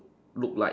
look like